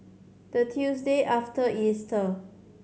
the Tuesday after Easter